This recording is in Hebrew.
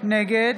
נגד